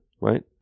Right